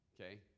okay